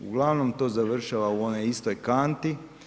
Uglavnom to završava u onoj istoj kanti.